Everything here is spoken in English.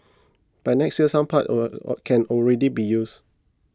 by next year some parts are can already be used